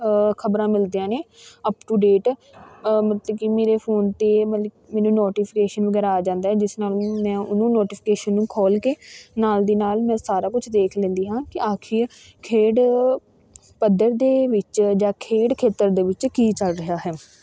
ਖਬਰਾਂ ਮਿਲਦੀਆਂ ਨੇ ਅਪ ਟੂ ਡੇਟ ਮਤਲਬ ਕਿ ਮੇਰੇ ਫੋਨ 'ਤੇ ਮਤਲਬ ਮੈਨੂੰ ਨੋਟੀਫਿਕੇਸ਼ਨ ਵਗੈਰਾ ਆ ਜਾਂਦਾ ਜਿਸ ਨਾਲ ਮੈਂ ਉਹਨੂੰ ਨੋਟੀਫਿਕੇਸ਼ਨ ਨੂੰ ਖੋਲ੍ਹ ਕੇ ਨਾਲ ਦੀ ਨਾਲ ਮੈਂ ਸਾਰਾ ਕੁਛ ਦੇਖ ਲੈਂਦੀ ਹਾਂ ਕਿ ਆਖਰ ਖੇਡ ਪੱਧਰ ਦੇ ਵਿੱਚ ਜਾਂ ਖੇਡ ਖੇਤਰ ਦੇ ਵਿੱਚ ਕੀ ਚੱਲ ਰਿਹਾ ਹੈ